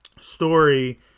story